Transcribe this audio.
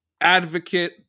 advocate